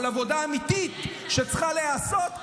אבל עבודה אמיתית שצריכה להיעשות,